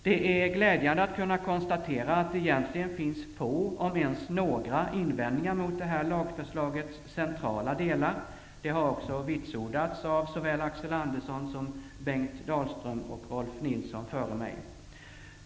Det är glädjande att kunna konstatera att det egentligen finns få -- om ens några -- invändningar mot det här lagförslagets centrala delar. Detta har vitsordats av Axel Andersson, Bengt Dalström och Rolf L Nilson, som talat här före mig.